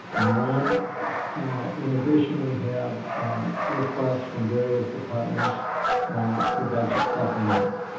and then in addition we have requests from various departments for budget supplements.